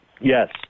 Yes